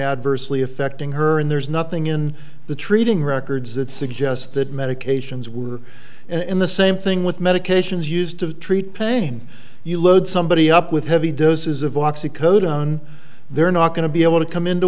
adversely affecting her and there's nothing in the treating records that suggest that medications were in the same thing with medications used to treat pain you load somebody up with heavy doses of oxy code on they're not going to be able to come into